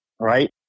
Right